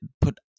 put